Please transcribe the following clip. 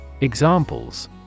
Examples